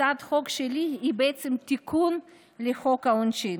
הצעת החוק שלי היא תיקון לחוק העונשין,